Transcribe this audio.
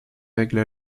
règles